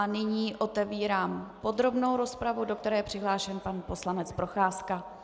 Nyní otevírám podrobnou rozpravu, do které je přihlášen pan poslanec Procházka.